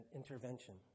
intervention